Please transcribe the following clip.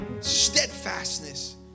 steadfastness